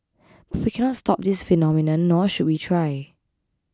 but we cannot stop this phenomenon nor should we try